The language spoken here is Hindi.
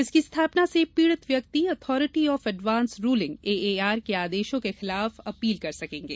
इसकी स्थापना से पीड़ित व्यक्ति authority of advance ruling AAR के आदेशों के खिलाफ अपील कर सकेगें